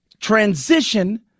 transition